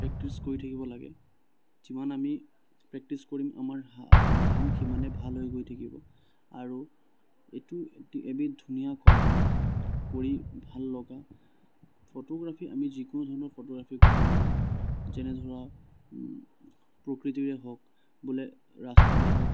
practice কৰি থাকিব লাগে যিমান আমি প্ৰেক্টিছ কৰিম আমাৰ কাম সিমানেই ভাল হৈ গৈ থাকিব আৰু এইটো এ এবিধ ধুনীয়া কলা কৰি ভাল লগা ফটোগ্ৰাফী আমি যিকোনো ধৰণৰ ফটোগ্ৰাফী কৰিব পাৰোঁ যেনে ধৰক প্ৰকৃতিৰে হওঁক বোলে ৰাস্তাৰে হওঁক